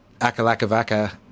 Akalakavaka